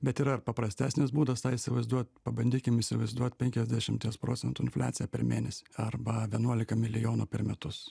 bet yra ir paprastesnis būdas tą įsivaizduot pabandykim įsivaizduot penkiasdešimties procentų infliaciją per mėnesį arba vienuolika milijonų per metus